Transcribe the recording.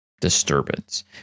disturbance